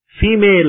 female